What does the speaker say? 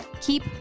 Keep